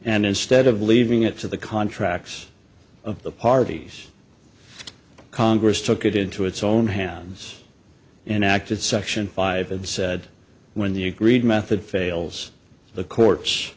and instead of leaving it to the contracts of the parties congress took it into its own hands and acted section five and said when the agreed method fails the courts